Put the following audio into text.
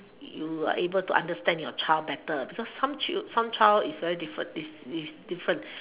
you are able to understand your child better because some child some child is very different is is different